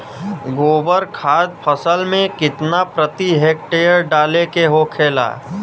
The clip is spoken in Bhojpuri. गोबर खाद फसल में कितना प्रति हेक्टेयर डाले के होखेला?